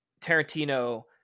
Tarantino